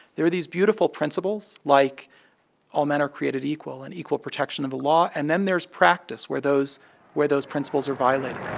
there are these beautiful principles like all men are created equal and equal protection of the law, and then there's practice, where those where those principles are violated we